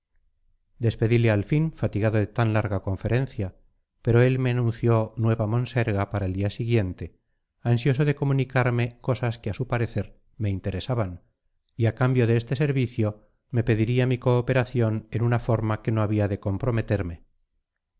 despedile al fin fatigado de tan larga conferencia pero él me anunció nueva monserga para el siguiente día ansioso de comunicarme cosas que a su parecer me interesaban y a cambio de este servicio me pediría mi cooperación en una forma que no había de comprometerme